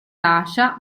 lascia